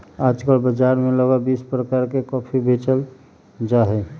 आजकल बाजार में लगभग बीस प्रकार के कॉफी बेचल जाहई